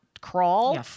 crawl